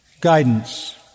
guidance